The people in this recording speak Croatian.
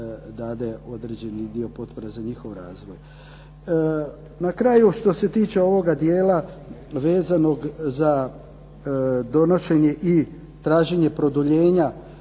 dade određeni dio potpora za njihov razvoj. Na kraju što se tiče ovog dijela vezanog za donošenje i traženje produljenja